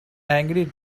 angry